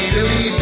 Billy